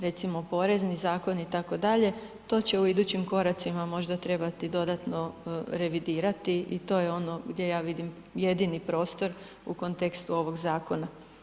Recimo Porezni zakon itd., to će u idućim koracima možda trebati dodatno revidirati i to je ono gdje ja vidim jedini prostor u kontekstu ovoga zakona.